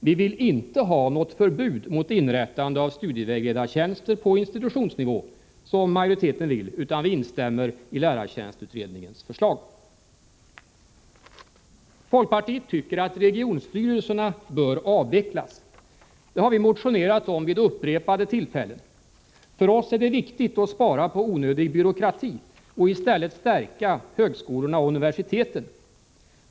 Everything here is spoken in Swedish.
Vi vill inte ha något förbud mot inrättande av studievägledartjänster på institutionsnivå som majoriteten vill, utan vi instämmer i Folkpartiet tycker att regionstyrelserna bör avvecklas. Det har vi motionerat om vid upprepade tillfällen. För oss är det viktigt att spara på onödig byråkrati och i stället stärka högskolorna och universiteten.